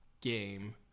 game